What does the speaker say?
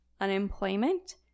unemployment